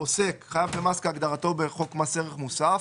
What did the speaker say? ""עוסק" חייב במס כהגדרתו בחוק מס ערך מוסף,